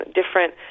different